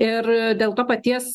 ir dėl to paties